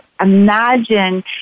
imagine